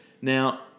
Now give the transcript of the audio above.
Now